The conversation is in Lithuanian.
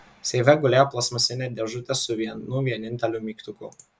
seife gulėjo plastmasinė dėžutė su vienu vieninteliu mygtuku